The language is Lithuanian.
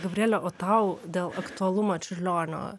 taip gabriele o tau dėl aktualumo čiurlionio